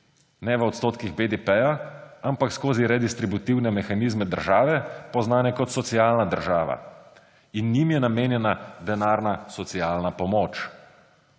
Ne v odstotkih BDP, ampak skozi redistributivne mehanizme države, poznane kot socialna država. Njim je namenjena denarna socialna pomoč.